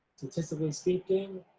statistically speaking,